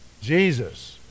Jesus